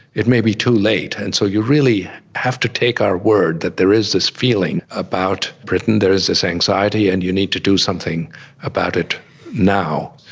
it may be too late, and so you really have to take our word that there is this feeling about britain, there is this anxiety and you need to do something about it now.